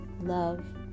Love